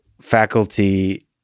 faculty